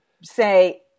say